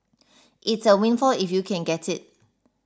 it's a windfall if you can get it